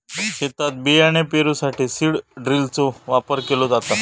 शेतात बियाणे पेरूसाठी सीड ड्रिलचो वापर केलो जाता